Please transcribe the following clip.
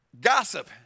gossip